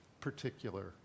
particular